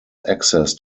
access